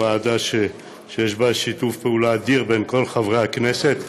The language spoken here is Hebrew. ועדה שיש בה שיתוף פעולה אדיר בין כל חברי הכנסת,